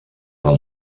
del